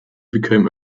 became